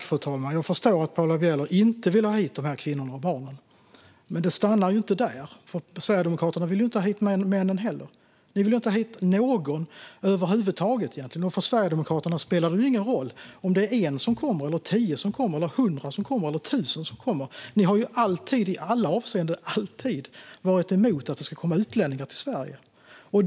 Fru talman! Jag förstår att Paula Bieler inte vill ha hit dessa kvinnor och barn. Men det stannar ju inte där, för Sverigedemokraterna vill inte ha hit männen heller. Ni vill inte ha hit någon över huvud taget. För Sverigedemokraterna spelar det ingen roll om det är en som kommer eller om det är tio, hundra eller tusen som kommer. Ni har ju alltid i alla avseenden varit emot att det ska komma utlänningar till Sverige.